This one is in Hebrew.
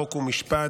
חוק ומשפט,